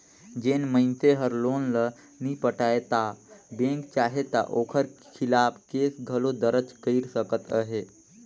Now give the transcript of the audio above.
जेन मइनसे हर लोन ल नी पटाय ता बेंक चाहे ता ओकर खिलाफ केस घलो दरज कइर सकत अहे